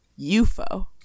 UFO